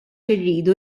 irridu